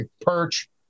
perch